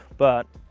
but,